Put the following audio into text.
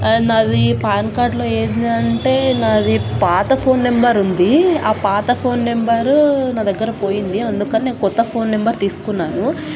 నాది పాన్ కార్డులో ఏంది అంటే నాది పాత ఫోన్ నెంబరు ఉంది ఆ పాత ఫోన్ నెంబరు నా దగ్గర పోయింది అందుకని నేను కొత్త ఫోన్ నెంబర్ తీసుకున్నాను